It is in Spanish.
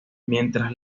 mientras